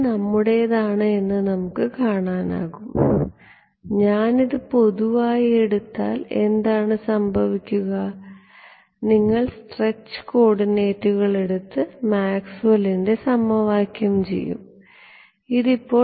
ഇത് നമ്മുടേതാണ് എന്ന് നമുക്ക് കാണാനാകും ഞാനിത് പൊതുവായി എടുത്താൽ എന്താണ് സംഭവിക്കുക നിങ്ങൾ സ്ട്രെച്ച് കോർഡിനേറ്റുകൾ എടുത്ത് മാക്സ്വെല്ലിന്റെ സമവാക്യം ചെയ്യും ഇത്